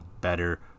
better